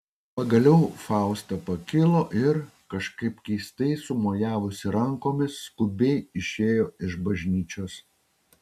pagaliau fausta pakilo ir kažkaip keistai sumojavusi rankomis skubiai išėjo iš bažnyčios